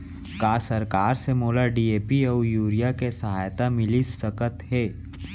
का सरकार से मोला डी.ए.पी अऊ यूरिया के सहायता मिलिस सकत हे?